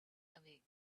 away